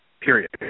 period